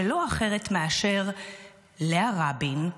שלא אחרת מאשר לאה רבין,